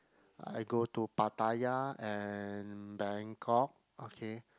I go to Pattaya and Bangkok okay